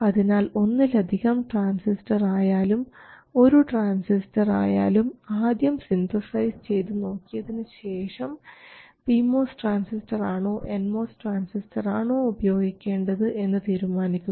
അതിനാൽ ഒന്നിലധികം ട്രാൻസിസ്റ്റർ ആയാലും ഒരു ട്രാൻസിസ്റ്റർ ആയാലും ആദ്യം സിന്തസൈസ് ചെയ്തു നോക്കിയതിനുശേഷം പി മോസ് ട്രാൻസിസ്റ്റർ ആണോ എൻ മോസ് ട്രാൻസിസ്റ്റർ ആണോ ഉപയോഗിക്കേണ്ടത് എന്ന് തീരുമാനിക്കുക